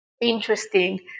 interesting